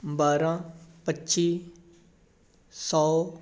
ਬਾਰਾਂ ਪੱਚੀ ਸੌ